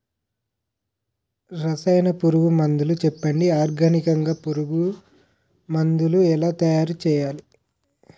రసాయన పురుగు మందులు చెప్పండి? ఆర్గనికంగ పురుగు మందులను ఎలా తయారు చేయాలి?